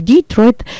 Detroit